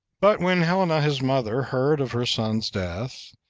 but when helena, his mother, heard of her son's death,